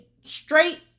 straight